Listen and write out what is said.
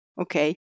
okay